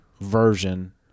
version